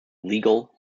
legal